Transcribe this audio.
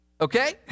Okay